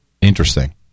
interesting